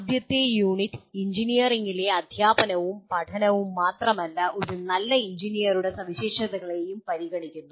ആദ്യത്തെ യൂണിറ്റ് എഞ്ചിനീയറിംഗിലെ അദ്ധ്യാപനവും പഠനവും മാത്രമല്ല ഒരു നല്ല എഞ്ചിനീയറുടെ സവിശേഷതകളേയും പരിഗണിക്കുന്നു